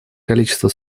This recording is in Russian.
количество